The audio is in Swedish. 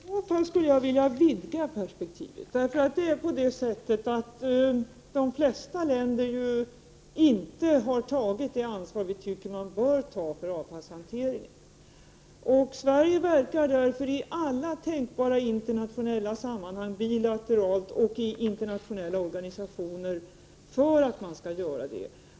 Fru talman! Jag skulle i så fall vilja vidga perspektivet. De flesta länder har inte tagit det ansvar vi tycker att man bör ta för avfallshanteringen. Sverige verkar därför i alla tänkbara internationella sammanhang, bilateralt och i internationella organisationer, för att man skall göra det.